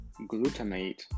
glutamate